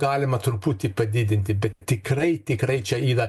galima truputį padidinti bet tikrai tikrai čia yra